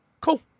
cool